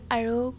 আৰু